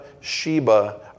Sheba